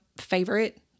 favorite